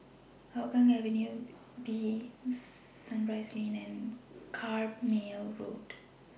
Hougang Avenue B Sunrise Lane and Carpmael Road